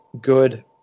good